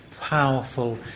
powerful